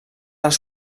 les